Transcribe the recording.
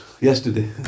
yesterday